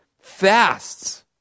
fasts